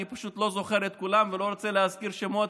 אני פשוט לא זוכר את כולם ולא רוצה להזכיר שמות,